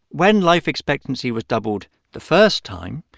when life expectancy was doubled the first time,